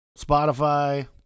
Spotify